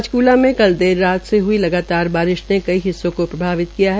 पंचकूला के कल देर रात से हई लगातार बारिश ने कई हिस्सों को प्रभावित किया है